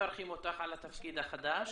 מברכים אותך על התפקיד החדש